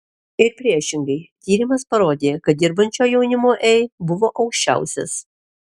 ir priešingai tyrimas parodė kad dirbančio jaunimo ei buvo aukščiausias